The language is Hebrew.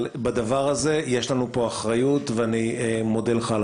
אבל יש לנו פה אחריות ואני מודה לך,